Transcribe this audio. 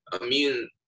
immune